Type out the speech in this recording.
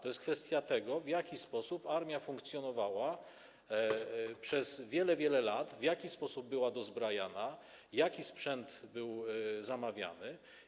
To jest kwestia tego, w jaki sposób armia funkcjonowała przez wiele, wiele lat, w jaki sposób była dozbrajana, jaki sprzęt był zamawiany.